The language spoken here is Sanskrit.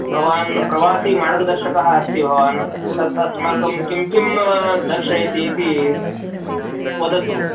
भवान् प्रवासीमार्गदर्शकः अस्ति भवान् तत् अस्माकं किं किं दर्शयति इति वदतु